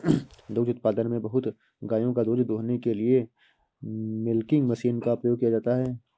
दुग्ध उत्पादन में बहुत गायों का दूध दूहने के लिए मिल्किंग मशीन का उपयोग किया जाता है